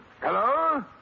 Hello